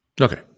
Okay